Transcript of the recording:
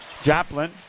Joplin